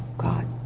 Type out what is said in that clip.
god,